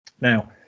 Now